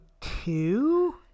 two